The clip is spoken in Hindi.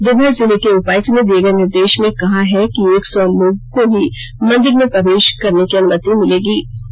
देवघर जिले के उपायुक्त ने दिए गए निर्देश में कहा है कि एक सौ लोगों को ही मंदिर में प्रवेश कर सकेंगें